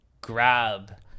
grab